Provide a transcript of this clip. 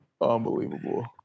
Unbelievable